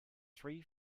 three